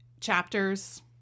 chapters